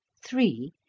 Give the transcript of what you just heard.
three.